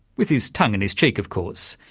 with his tongue in his cheek of course.